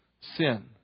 sin